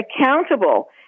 accountable